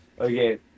Okay